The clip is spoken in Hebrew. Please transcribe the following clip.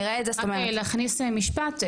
רק להכניס משפט.